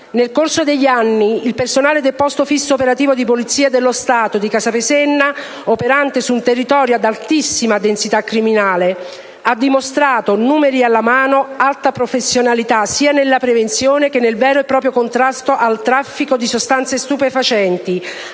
Nel corso degli anni, il personale del posto fisso operativo della Polizia di Stato di Casapesenna, operante su un territorio ad altissima densità criminale, ha dimostrato, numeri alla mano, alta professionalità sia nella prevenzione che nel vero e proprio contrasto al traffico di sostanze stupefacenti,